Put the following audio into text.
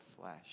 flesh